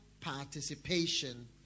participation